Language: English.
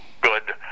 good